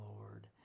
Lord